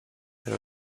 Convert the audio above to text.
pero